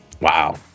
wow